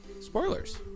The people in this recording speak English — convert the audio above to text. Spoilers